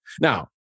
Now